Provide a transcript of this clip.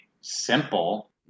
simple